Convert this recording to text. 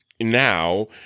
now